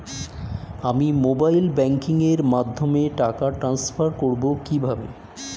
আমি mobile banking এর মাধ্যমে টাকা টান্সফার করব কিভাবে?